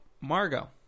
Margot